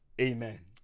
Amen